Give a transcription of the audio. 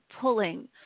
pulling